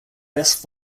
best